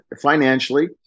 financially